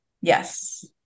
Yes